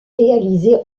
réalisé